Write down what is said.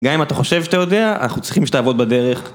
גם אם אתה חושב שאתה יודע, אנחנו צריכים שתעבוד בדרך.